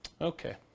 Okay